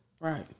Right